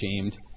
shamed